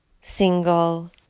single